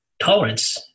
tolerance